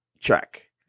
check